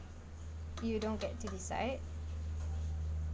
you don't get to decide